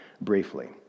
briefly